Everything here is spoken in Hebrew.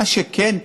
מה שכן,